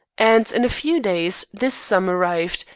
and in a few days this sum arrived,